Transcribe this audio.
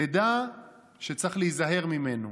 תדע שצריך להיזהר ממנו.